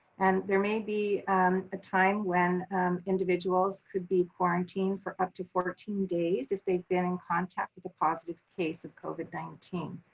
and there may be a time when individuals could be quarantined for up to fourteen days if they've been in contact with a positive case of covid nineteen.